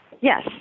Yes